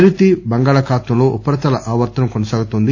నైరుతి బంగాళాఖాతంలో ఉపరితల ఆవర్తనం కొనసాగుతోంది